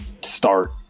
start